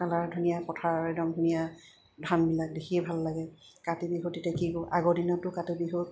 colour ধুনীয়া পথাৰৰ একদম ধুনীয়া ধানবিলাক দেখিয়ে ভাল লাগে কাতি বিহুত তেতিয়া কি কৰোঁ আগৰ দিনতো কাতি বিহুত